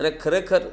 અને ખરેખર